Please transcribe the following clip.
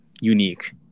unique